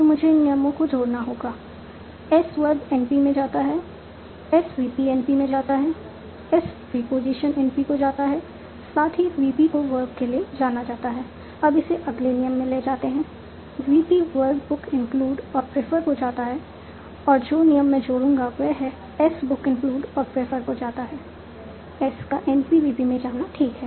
तो मुझे इन नियमों को जोड़ना होगा S वर्ब NP में जाता है S VP NP में जाता है S प्रीपोजिशन NP को जाता है साथ ही VP को वर्ब के लिए जाना जाता है अब इसे अगले नियम में ले जाता है VP वर्ब बुक इंक्लूड और प्रेफर को जाता है और जो नियम मैं जोड़ूंगा वह है S बुक इंक्लूड और प्रेफर को जाता है S का NP VP में जाना ठीक है